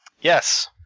Yes